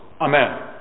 Amen